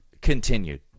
continued